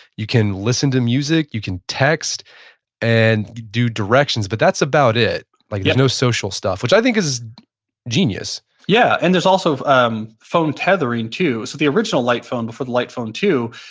you can listen to music. you can text and do directions but that's about it. like there's no social stuff, which i think is genius yeah, and there's also um phone tethering too. so the original light phone before the light phone two,